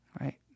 right